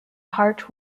hart